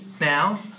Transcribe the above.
now